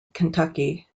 kentucky